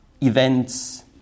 events